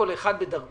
כל אחד בדרכו,